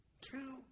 two